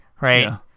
right